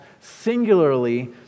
singularly